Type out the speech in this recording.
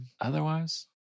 otherwise